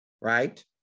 right